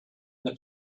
the